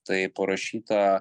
tai parašyta